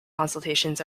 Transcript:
consultations